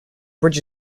bridge